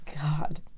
god